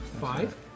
Five